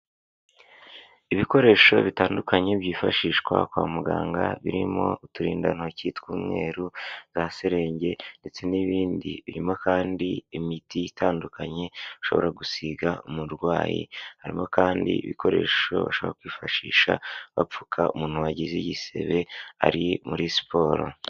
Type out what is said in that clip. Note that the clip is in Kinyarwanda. Ibikoresho bitandukanye byifashishwa kwa muganga birimo uturindantoki tw'umweru bwa serenge ndetse n'ibindi, birimo kandi imiti itandukanye ushobora gusiga umurwayi, harimo kandi ibikoresho bashobora kwifashisha bapfuka umuntu wagize igisebe ari muri siporo.